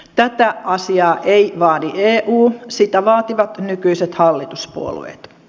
tätä asiaa ei vaadi eu sitä vaativat nykyiset hallituspuolueet